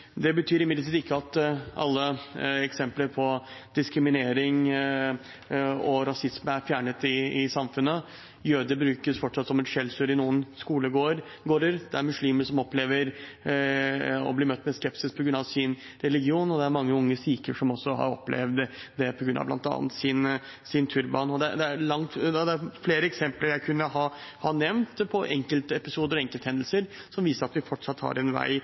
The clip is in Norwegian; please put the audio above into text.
Det betyr imidlertid ikke at alle eksempler på diskriminering og rasisme er fjernet i samfunnet. «Jøde» brukes fortsatt som et skjellsord i noen skolegårder. Det er muslimer som opplever å bli møtt med skepsis på grunn av sin religion, og det er mange unge sikher som også har opplevd det bl.a. på grunn av sin turban. Det er flere eksempler jeg kunne ha nevnt på enkeltepisoder og enkelthendelser som viser at vi fortsatt har en vei